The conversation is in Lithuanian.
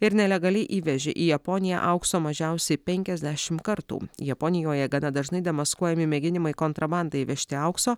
ir nelegaliai įvežė į japoniją aukso mažiausiai penkiasdešimt kartų japonijoje gana dažnai demaskuojami mėginimai kontrabanda įvežti aukso